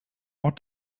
what